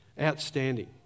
Outstanding